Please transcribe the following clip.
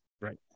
Right